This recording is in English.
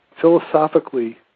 philosophically